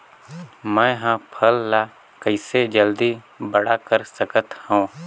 मैं ह फल ला कइसे जल्दी बड़ा कर सकत हव?